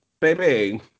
baby